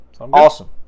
Awesome